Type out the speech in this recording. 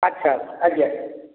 ଆଚ୍ଛା ଆଜ୍ଞା